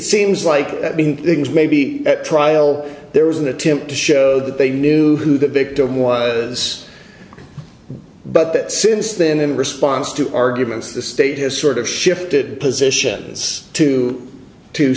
seems like things may be at trial there was an attempt to show that they knew who the victim was but that since then in response to arguments the state has sort of shifted positions to to